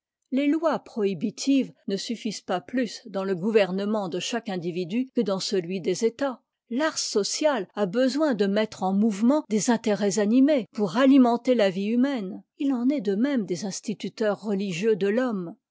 les lois prohibitives ne suffisent pas plus dans le gouvernement de chaque individu que dans celui des états l'art social a besoin de mettre en mouvement des intérêts animés pour alimenter la vie humaine il en est de même des instituteurs religieux de l'homme